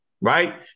right